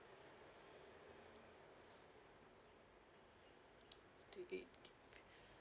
two gig